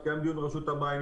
התקיים דיון עם רשות המים,